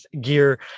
gear